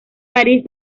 parís